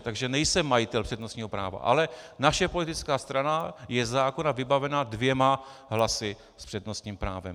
Takže nejsem majitelem přednostního práva, ale naše politická strana je ze zákona vybavena dvěma hlasy s přednostním právem.